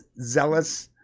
zealous